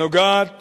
הנוגעת